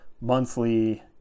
monthly